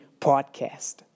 Podcast